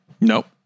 Nope